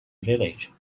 village